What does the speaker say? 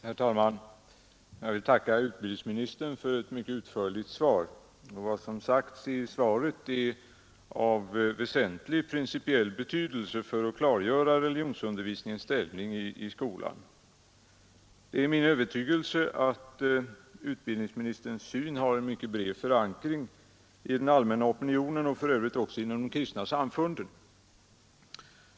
Herr talman! Jag vill tacka utbildningsministern för ett mycket utförligt svar. Vad som sagts i svaret är av väsentlig principiell betydelse för att klargöra religionsundervisningens ställning i skolan. Det är min övertygelse att utbildningsministerns syn har en mycket bred förankring i den allmänna opinionen och för övrigt även inom de kristna samfunden.